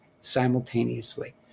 simultaneously